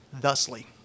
thusly